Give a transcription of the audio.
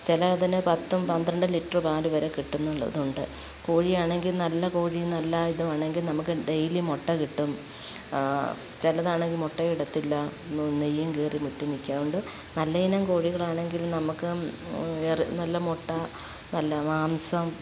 ചിലതിന് പത്തും പന്ത്രണ്ട് ലിറ്റർ പാൽ വരെ കിട്ടുന്നുള്ളതുണ്ട് കോഴിയാണെങ്കിൽ നല്ല കോഴിയും നല്ല ഇതുമാണെങ്കിൽ നമുക്ക് ഡേയ്ലി മുട്ട കിട്ടും ചിലതാണെങ്കിൽ മുട്ടയും ഇടത്തില്ല നെയ്യും കയറി മുറ്റി നിൽക്കും അതുകൊണ്ട് നല്ലയിനം കോഴികളാണെങ്കിൽ നമുക്ക് നല്ല മുട്ട നല്ല മാംസം